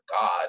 God